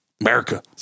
America